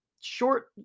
short